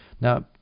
Now